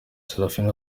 seraphine